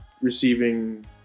receiving